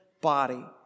body